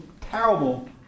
terrible